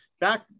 back